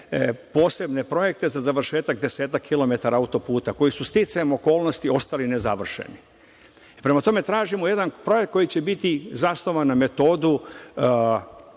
posebne projekte za završetak desetak kilometara autoputa, koji su sticajem okolnosti ostali nezavršeni. Prema tome, tražimo jedan projekt koji će biti zasnovan na metodu,